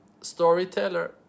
storyteller